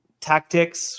tactics